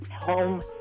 home